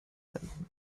verwenden